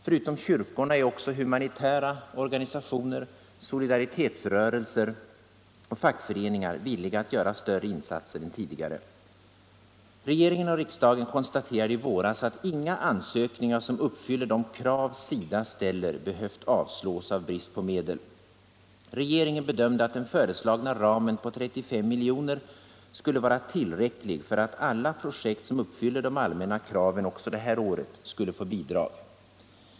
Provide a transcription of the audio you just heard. Förutom kyrkorna är också humanitära organisationer, solidaritetsrörelser och fackföreningar villiga att göra större insatser än tidigare. Regeringen och riksdagen konstaterade i våras att inga ansökningar som uppfyller de krav SIDA ställer behövt avslås av brist på medel. Regeringen bedömde att den föreslagna ramen på 35 milj.kr. skulle vara tillräcklig för att alla projekt som uppfyller de allmänna kraven också det här året skulle få bidrag.